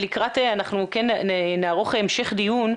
אנחנו נערוך המשך דיון,